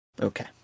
okay